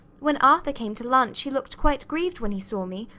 when arthur came to lunch he looked quite grieved when he saw me,